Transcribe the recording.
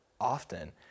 often